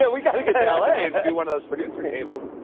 yeah. we've got to get to l a. and do one of those producer tables.